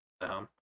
down